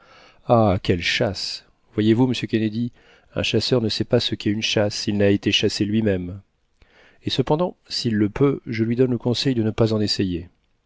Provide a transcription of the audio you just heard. ah quelle chasse voyez-vous monsieur kennedy un chasseur ne sait pas ce qu'est une chasse s'il n'a été chassé lui-même et cependant s'il le peut je lui donne le conseil de ne pas en essayer